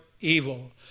evil